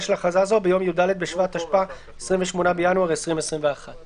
של הכרזה זו ביום י"ד בשבט התשפ"א (28 בינואר 2021). שוב,